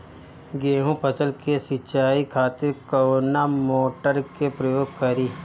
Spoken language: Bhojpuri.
गेहूं फसल के सिंचाई खातिर कवना मोटर के प्रयोग करी?